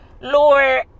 Lord